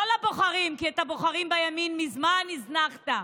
לא לבוחרים, כי את הבוחרים בימין מזמן הזנחת,